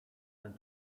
ten